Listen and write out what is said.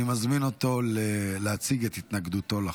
אני מזמין אותו להציג את התנגדותו לחוק.